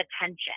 attention